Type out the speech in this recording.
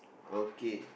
okay